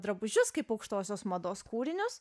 drabužius kaip aukštosios mados kūrinius